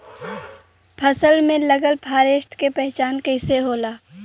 फसल में लगल फारेस्ट के पहचान कइसे होला?